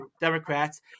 Democrats